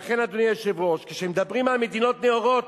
לכן, אדוני היושב-ראש, כשמדברים על מדינות נאורות,